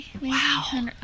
Wow